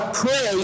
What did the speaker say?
pray